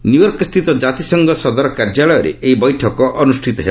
New York ସ୍ଥିତ ଜାତିସଂଘ ସଦର କାର୍ଯ୍ୟାଳୟରେ ଏହି ବୈଠକ ଅନୁଷ୍ଠିତ ହେବ